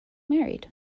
married